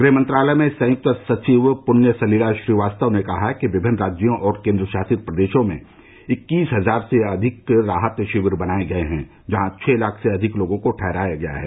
गृह मंत्रालय में संयुक्त सचिव पृण्य सलिला श्रीवास्तव ने कहा कि विभिन्न राज्यों और केंद्र शासित प्रदेशों में इक्कीस हजार से अधिक राहत शिविर बनाए गए हैं जहां छह लाख से अधिक लोगों को ठहराया जा सकता है